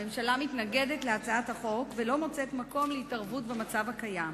הממשלה מתנגדת להצעת החוק ולא מוצאת מקום להתערבות במצב הקיים.